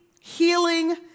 healing